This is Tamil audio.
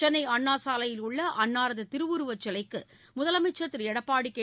சென்னை அண்ணா சாலையில் உள்ள அன்னாரது திருவுருவச் சிலைக்கு முதலமைச்சர் திரு எடப்பாடி கே